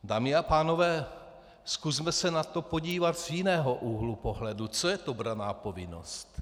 Dámy a pánové, zkusme se na to podívat z jiného úhlu pohledu: Co je to branná povinnost?